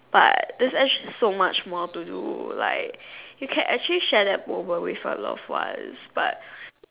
but there's actually so much more to do like you can actually share that moment with your loved ones but